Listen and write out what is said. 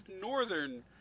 northern